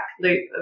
loop